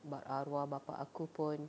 bab arwah bapa aku pun